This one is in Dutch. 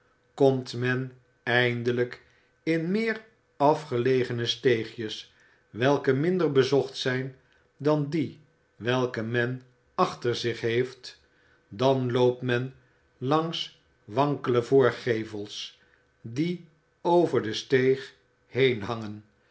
komt men eindelijk in meer afgelegene steegjes welke minder bezocht zijn dan die welke men achter zich heeft dan loopt men langs wankelende voorgevels die over de steeg heen hangen